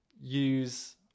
use